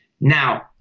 Now